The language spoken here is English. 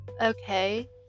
okay